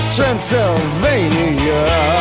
Transylvania